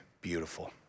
beautiful